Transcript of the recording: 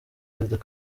perezida